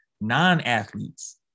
non-athletes